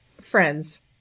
Friends